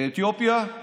מאתיופיה,